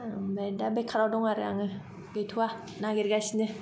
आमफ्राय दा बेखाराव दङ आरो आङो गैथ'वा नागिरगासिनो